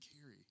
carry